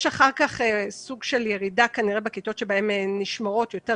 יש אחר כך סוג של ירידה כנראה בכיתות שבהן נשמרות יותר